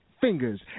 fingers